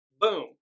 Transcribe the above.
boom